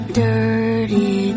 dirty